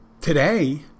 Today